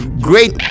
Great